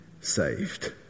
saved